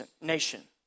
nation